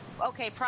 okay